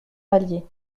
vallier